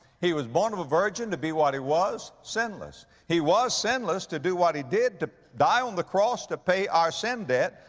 he was born of a virgin to be what he was sinless. he was sinless to do what he did to die on the cross to pay our sin debt.